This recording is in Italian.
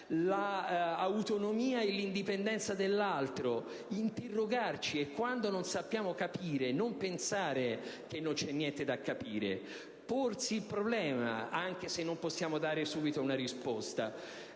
l'autonomia e l'indipendenza dell'altro, interrogarci; e quando non sappiamo capire, non pensare che non c'è niente da capire, ma porsi il problema, anche se non possiamo dare subito una risposta.